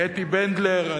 אתי בנדלר.